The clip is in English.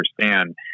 understand